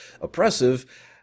oppressive